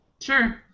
Sure